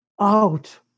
out